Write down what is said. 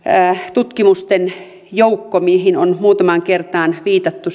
tutkimusten joukko sieltä rapakon takaa usasta mihin on muutamaan kertaan viitattu